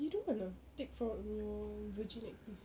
you don't want ah take from your virgin active